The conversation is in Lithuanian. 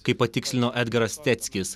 kaip patikslino edgaras steckis